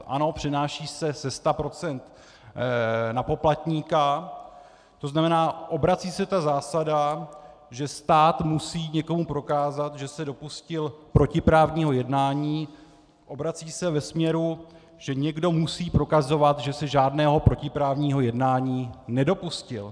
Ano, přenáší se ze 100 % na poplatníka, to znamená, obrací se ta zásada, že stát musí někomu prokázat, že se dopustil protiprávního jednání, obrací se ve směru, že někdo musí prokazovat, že se žádného protiprávního jednání nedopustil.